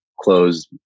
close